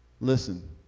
Listen